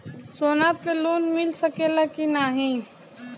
सोना पे लोन मिल सकेला की नाहीं?